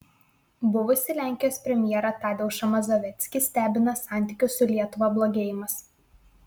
buvusį lenkijos premjerą tadeušą mazoveckį stebina santykių su lietuva blogėjimas